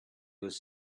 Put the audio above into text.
was